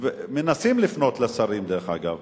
מנסים לפנות לשרים, דרך אגב.